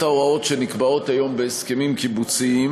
ההוראות שנקבעות היום בהסכמים קיבוציים,